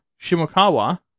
Shimokawa